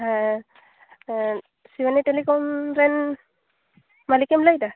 ᱦᱮᱸ ᱮᱫ ᱥᱤᱵᱟᱱᱤ ᱴᱮᱞᱤᱠᱚᱢ ᱨᱮᱱ ᱢᱟᱹᱞᱤᱠᱮᱢ ᱞᱠᱟᱹᱭ ᱮᱫᱟ